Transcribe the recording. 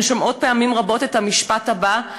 הן שומעות פעמים רבות את המשפט הבא,